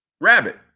rabbit